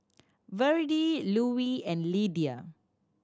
Virdie Louie and Lidia